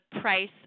price